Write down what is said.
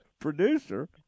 producer